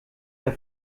der